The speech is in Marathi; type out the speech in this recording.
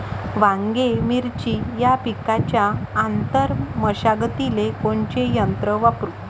वांगे, मिरची या पिकाच्या आंतर मशागतीले कोनचे यंत्र वापरू?